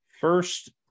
first